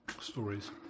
Stories